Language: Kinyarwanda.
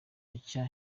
nshya